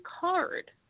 card